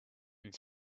and